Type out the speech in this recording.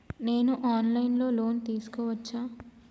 నేను online లో loan తీసుకోవచ్చా?